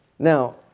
Now